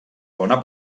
bona